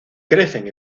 crecen